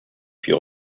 puis